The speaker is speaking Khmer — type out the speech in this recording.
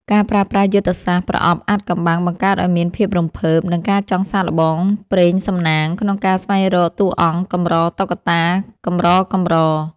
ការប្រើប្រាស់យុទ្ធសាស្ត្រ ប្រអប់អាថ៌កំបាំង បង្កើតឱ្យមានភាពរំភើប និងការចង់សាកល្បងព្រេងសំណាងក្នុងការស្វែងរកតួអង្គកម្រតុក្កតាកម្រៗ។